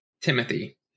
Timothy